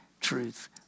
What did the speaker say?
truth